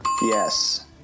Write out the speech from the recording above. Yes